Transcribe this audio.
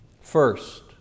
First